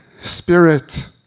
spirit